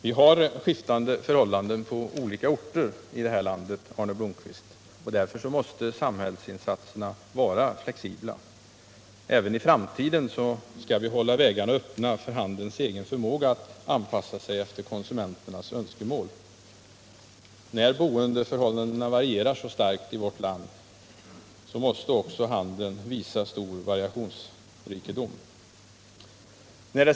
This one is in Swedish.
Vi har skiftande förhållanden på olika orter i det här landet, Arne Blomkvist. Samhällsinsatserna måste därför vara flexibla, och vi skall även i framtiden hålla vägarna öppna för handelns egen förmåga att anpassa sig efter konsumenternas önskemål. Eftersom boendeförhållandena varierar så starkt i vårt land måste också handeln visa större variationsrikedom.